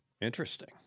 Interesting